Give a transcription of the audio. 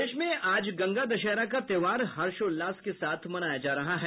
प्रदेश में आज गंगा दशहरा का त्योहार हर्षोल्लास के साथ मनाया जा रहा है